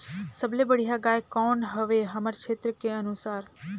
सबले बढ़िया गाय कौन हवे हमर क्षेत्र के अनुसार?